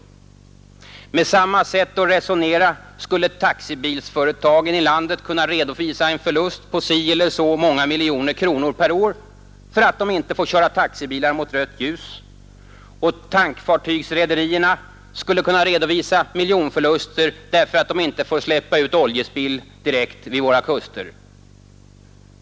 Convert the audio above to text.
Med samma sätt att resonera skulle taxibilsföretagen i landet kunna redovisa en förlust på si eller så många miljoner kronor per år för att de inte får köra taxibilar mot rött ljus, och tankfartygsrederierna skulle kunna redovisa miljonförluster därför att de inte får släppa ut oljespill längs våra kuster.